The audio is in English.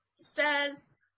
says